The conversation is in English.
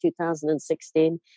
2016